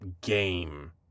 game